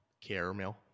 Caramel